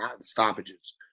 stoppages